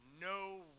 no